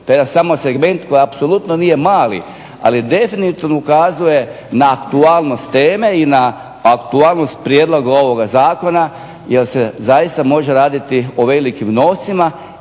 To je jedan segment koji definitivno ukazuje na aktualnost teme i na aktualnost Prijedloga ovoga Zakona jer se zaista može raditi o velikim novcima,